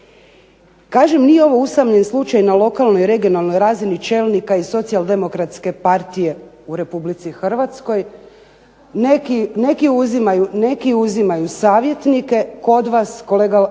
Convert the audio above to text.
Kažem nije ovo usamljen slučaj na lokalnoj i regionalnoj razini čelnika i SDP-a u RH. Neki uzimaju savjetnike, kod vas kolega Mlinariću